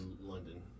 London